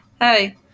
Hey